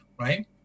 right